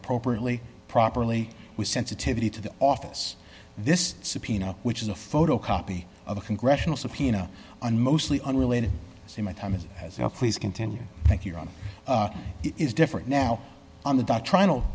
appropriately properly with sensitivity to the office this subpoena which is a photocopy of a congressional subpoena and mostly unrelated to my time is as well please continue thank you ron it is different now on the dock trial